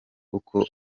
uko